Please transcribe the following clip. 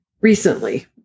recently